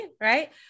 Right